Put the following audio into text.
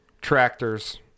tractors